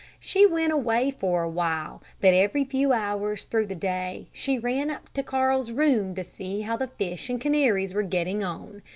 she went away for a while, but every few hours through the day she ran up to carl's room to see how the fish and canaries were getting on.